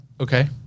Okay